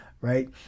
right